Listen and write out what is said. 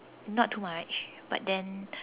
not too much but then